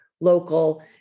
local